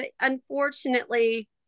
unfortunately